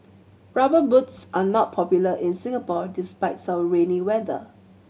Rubber Boots are not popular in Singapore despite's our rainy weather